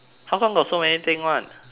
how come got so many thing [one]